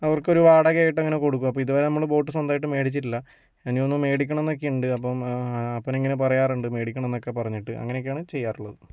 അവർക്കൊരു വാടകയിട്ട് അങ്ങനെ കൊടുക്കും അപ്പം ഇതുവരെയിട്ട് ബോട്ട് സ്വന്തായിട്ട് മേടിച്ചിട്ടില്ല ഇനിയൊന്ന് മേടിക്കണമെന്നൊക്കെയുണ്ട് അപ്പം അപ്പനങ്ങനെ പറയാറുണ്ട് മേടിക്കണമെന്നൊക്കെ പറഞ്ഞിട്ട് അങ്ങനെയൊക്കെയാണ് ചെയ്യാറുള്ളത്